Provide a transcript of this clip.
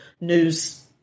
news